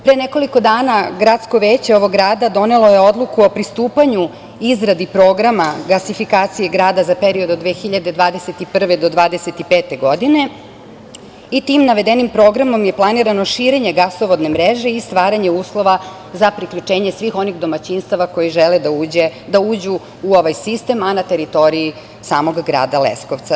Pre nekoliko dana gradsko veće ovog grada donelo je odluku o pristupanju izradi programa gasifikaciji grada za period 2021-2025. godine, i tim navedenim programom je planirano širenje gasovodne mreže i stvaranje uslova za priključenje svih onih domaćinstava koja žele da uđu ovaj sistem, a na teritoriji samog grada Leskovca.